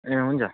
ए हुन्छ